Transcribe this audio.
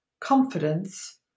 confidence